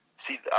See